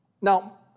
Now